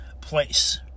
place